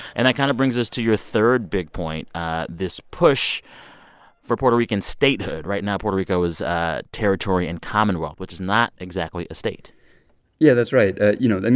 and that kind of brings us to your third big point ah this push for puerto rican statehood. right now puerto rico is ah territory and commonwealth, which is not exactly a state yeah, that's right. you know, i mean,